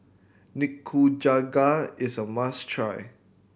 Nikujaga is a must try